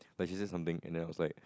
like she say something and then i was like